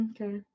Okay